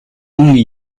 only